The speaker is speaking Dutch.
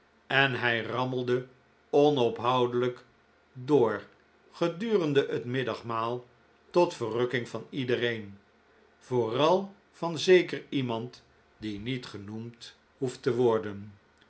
en hij rammelde onophoudelijk door gedurende het middagmaal tot verrukking van iedereen vooral van zeker iemand die niet genoemd hoeft te worden